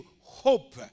hope